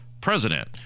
president